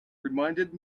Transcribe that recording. reminded